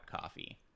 coffee